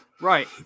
Right